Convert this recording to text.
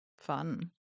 Fun